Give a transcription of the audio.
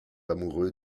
amoureux